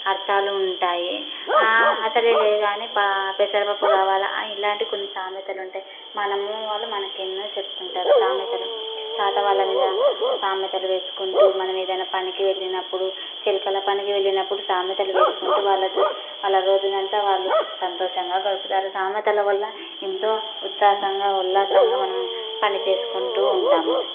అర్థాలు ఉంటాయి అసలే లేదు కానీ ప పెసరపప్పు కావాలా ఇలాంటివి కొన్ని సామెతలు ఉంటాయి మనము వాళ్ళు ఎన్నో చెప్తుంటారు సామెతలు తాత వాళ్ళ మీద సామెతలు వేసుకుంటూ మనకి ఏదైనా పనికి వెళ్ళినప్పుడు చిలకళ నికి వెళ్ళినప్పుడు సామెతలు వేసుకుంటూ వాళ్ళతో వాళ్ళ రోజులు అంతా వాళ్ళు సంతోషంగా గడుపుతారు సామెతల వల్ల ఎంతో ఉత్సాసంగా ఎంతో ఉల్లాసంగా మనం పని చేసుకుంటూ ఉంటాము